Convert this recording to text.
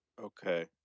Okay